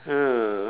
uh